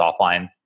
offline